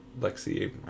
Lexi